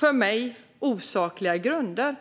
jag tyckte var osakliga grunder.